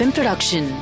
Production